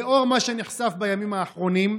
לנוכח מה שנחשף בימים האחרונים: